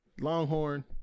Longhorn